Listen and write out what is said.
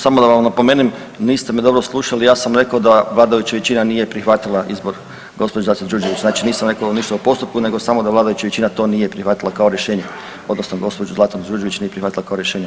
Samo da vam napomenem, niste me dobro slušali, ja sam rekao da vladajuća većina nije prihvatila izbor gđe. Zlate Đurđević, znači nisam rekao ništa o postupku nego samo da vladajuća većina to nije prihvatila kao rješenje odnosno gđu. Zlatu Đurđević nije prihvatila kao rješenje.